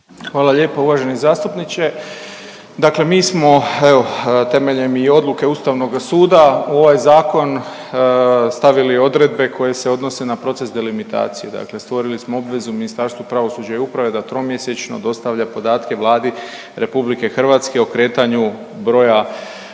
Hvala lijepo uvaženi zastupniče, dakle mi smo evo temeljem i odluke ustavnoga suda u ovaj zakon stavili odredbe koje se odnose na proces delimitacije, dakle stvorili smo obvezu Ministarstvu pravosuđa i uprave da tromjesečno dostavlja podatke Vladi RH o kretanju broja